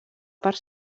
part